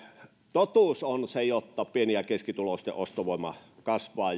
totuus on se että pieni ja keskituloisten ostovoima kasvaa